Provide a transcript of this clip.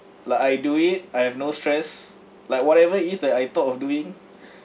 like I do it I have no stress like whatever is that I thought of doing